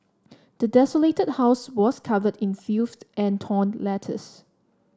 the desolated house was covered in filth and torn letters